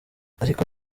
ariko